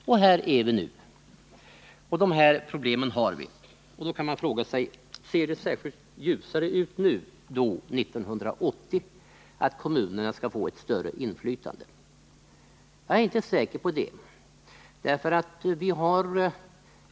Det är i detta läge vi befinner oss. Man kan fråga sig om det ser ljusare ut nu än 1957 när det gäller möjligheterna för kommunerna att få ett större inflytande på detta område. Jag är inte säker på det.